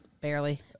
Barely